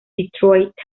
detroit